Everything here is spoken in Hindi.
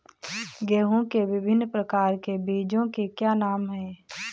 गेहूँ के विभिन्न प्रकार के बीजों के क्या नाम हैं?